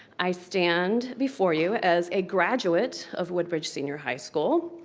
i stand before you as a graduate of woodbridge senior high school,